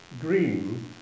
Green